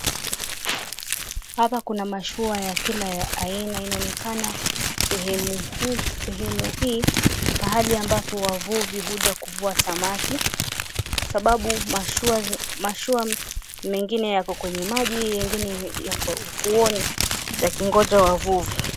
Hapa kuna mashua ya kila aina inaonekana sehemu hii ni pahali ambapo wavuvi huja kuvua samaki kwa sababu mashua mengine yako kwenye maji, yengine yako ufuoni yakingoja wavuvi.